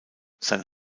sein